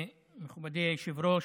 מכובדי היושב-ראש,